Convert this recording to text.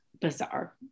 bizarre